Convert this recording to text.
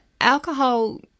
Alcohol